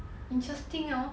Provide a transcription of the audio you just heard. interesting hor